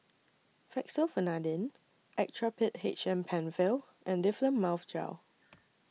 Fexofenadine Actrapid H M PenFill and Difflam Mouth Gel